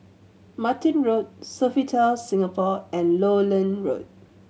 Martin Road Sofitel Singapore and Lowland Road